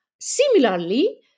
Similarly